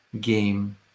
game